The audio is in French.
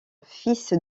fils